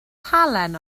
halen